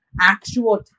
actual